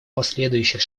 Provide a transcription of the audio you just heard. последующих